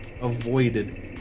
avoided